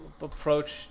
approach